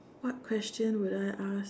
what question would I ask